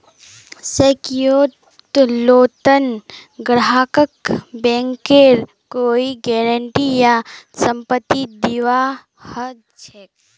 secured लोनत ग्राहकक बैंकेर कोई गारंटी या संपत्ति दीबा ह छेक